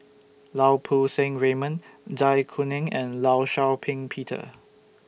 Lau Poo Seng Raymond Zai Kuning and law Shau Ping Peter